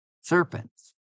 serpents